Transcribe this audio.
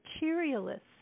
materialists